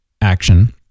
action